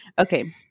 Okay